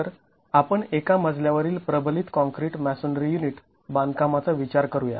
तर आपण एका मजल्यावरील प्रबलित काँक्रीट मॅसोनरी युनिट बांधकामाचा विचार करूया